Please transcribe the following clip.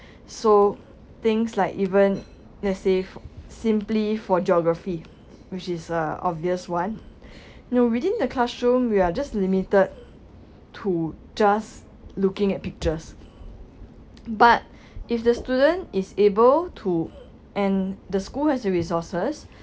so things like even let's say simply for geography which is uh obvious [one] know within the classroom we're just limited to just looking at pictures but if the student is able to and the school has the resources